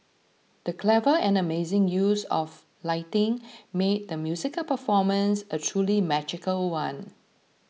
the clever and amazing use of lighting made the musical performance a truly magical one